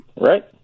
Right